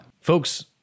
Folks